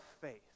faith